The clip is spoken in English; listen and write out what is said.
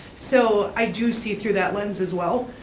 so, i do see through that lens as well.